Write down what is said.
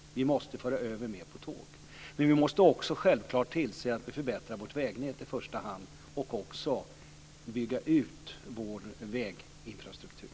Vi måste föra över mer på tåg. Men självklart måste vi också tillse att vi i första hand förbättrar vårt vägnät och bygger ut vår väginfrastruktur.